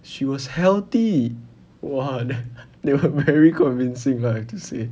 she was healthy !wah! that [one] very convincing lah I have to say